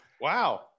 Wow